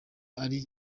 ari